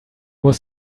was